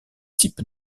type